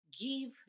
give